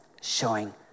showing